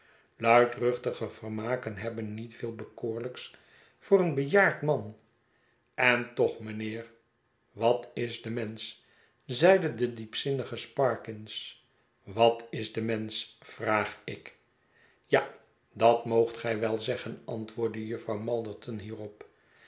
luidruchtige vermaken hebben niet veel bekoorhjks voor een bejaard man en toch mijnheer wat is de mensch zeide de diepzinnige sparkins wat is de mensch vraag ik ja dat moogt gij wel zeggen antwoordde jufvrouw malderton hierop